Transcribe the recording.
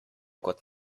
kot